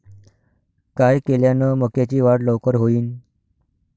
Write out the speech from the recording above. काय केल्यान मक्याची वाढ लवकर होईन?